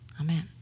Amen